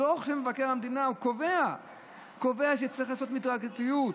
קובע בדוח של מבקר המדינה שצריך לעשות הדרגתיות.